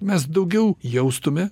mes daugiau jaustume